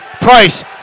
Price